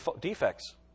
defects